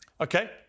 Okay